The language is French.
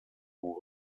pour